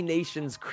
Nation's